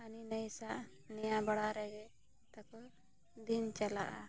ᱦᱟᱹᱱᱤ ᱱᱟᱹᱭ ᱥᱟᱣ ᱱᱮᱭᱟᱣ ᱵᱟᱲᱟ ᱨᱮᱜᱮ ᱛᱟᱠᱚ ᱫᱤᱱ ᱪᱟᱞᱟᱜᱼᱟ